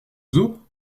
zoo